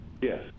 Yes